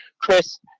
Chris